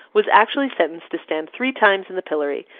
was actually sentenced to stand three times in the pillory,